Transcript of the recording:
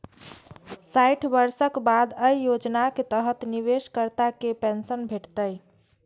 साठि वर्षक बाद अय योजनाक तहत निवेशकर्ता कें पेंशन भेटतै